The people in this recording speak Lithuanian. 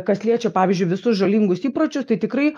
kas liečia pavyzdžiui visus žalingus įpročius tai tikrai